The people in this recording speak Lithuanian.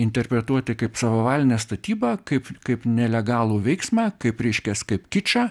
interpretuoti kaip savavalinę statybą kaip kaip nelegalų veiksmą kaip reiškias kaip kičą